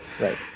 Right